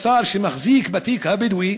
כשר שמחזיק בתיק הבדואי,